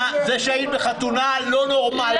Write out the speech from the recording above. שהיית בחתונה לא נורמלית זה לא אומר.